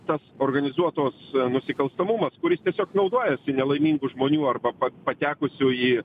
tas organizuotos nusikalstamumas kuris tiesiog naudojasi nelaimingų žmonių arba pa patekusių į